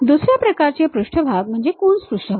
दुसऱ्या प्रकारचे पृष्ठभाग म्हणजे कून्स पृष्ठभाग